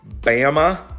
Bama